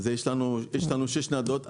יש לנו 6 ניידות.